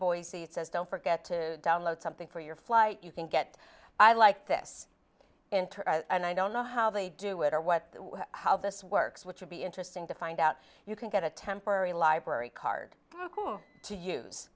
boise it says don't forget to download something for your flight you can get i like this into an i don't know how they do it or what how this works which would be interesting to find out you can get a temporary library card to use